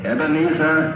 Ebenezer